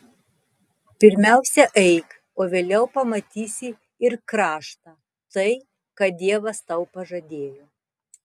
pirmiausia eik o vėliau pamatysi ir kraštą tai ką dievas tau pažadėjo